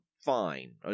fine